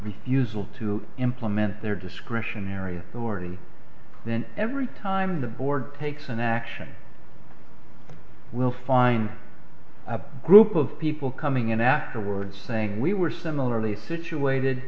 refusal to implement their discretionary authority then every time the board takes an action we'll find a group of people coming in afterward saying we were similarly situated